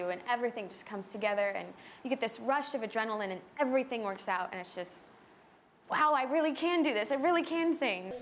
you and everything just comes together and you get this rush of adrenaline and everything works out and it's just wow i really can do this i really can